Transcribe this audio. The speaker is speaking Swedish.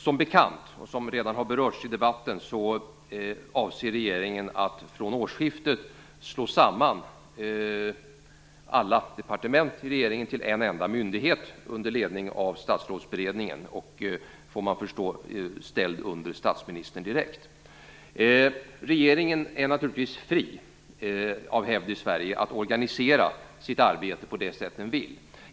Som bekant, och som redan har berörts i debatten, avser regeringen att från årsskiftet slå samman alla regeringens departement till en enda myndighet under ledning av statsrådsberedningen och, får man förstå, ställd under statsministern direkt. Regeringen är naturligtvis fri av hävd i Sverige att organisera sitt arbete på det sätt den vill.